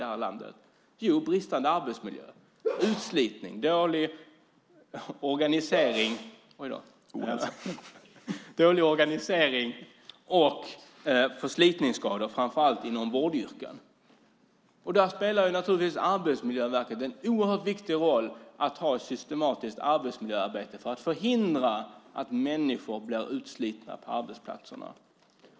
Jo, på grund av bristande arbetsmiljö och utslitning, dålig organisering och förslitningsskador framför allt inom vårdyrken. Arbetsmiljöverket spelar naturligtvis en oerhört viktig roll i ett systematiskt arbetsmiljöarbete för att förhindra att människor blir utslitna på arbetsplatserna.